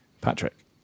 Patrick